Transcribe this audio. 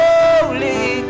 Holy